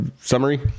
summary